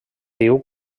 diu